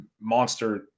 monster